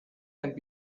can’t